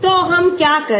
तो हम क्या करे